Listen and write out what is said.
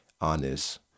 honest